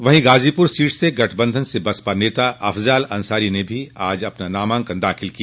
वहीं गाजीपुर सीट से गठबंधन से बसपा नेता अफजाल अंसारी ने भी आज अपना नामांकन दाखिल किया